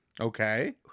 Okay